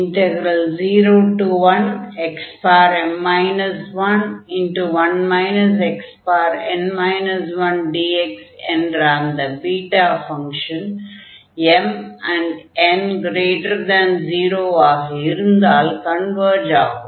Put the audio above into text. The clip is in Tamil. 01xm 11 xn 1dx என்ற அந்த பீட்டா ஃபங்ஷன் mn0 ஆக இருந்தால் கன்வர்ஜ் ஆகும்